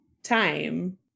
Time